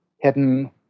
hidden